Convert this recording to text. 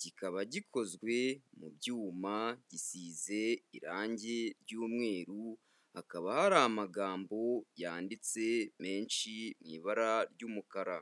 kikaba gikozwe mu byuma gisize irangi ry'umweru, hakaba hari amagambo yanditse menshi mu ibara ry'umukara.